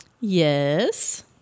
Yes